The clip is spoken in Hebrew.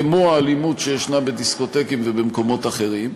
כמו האלימות בדיסקוטקים ובמקומות אחרים.